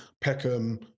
Peckham